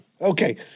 Okay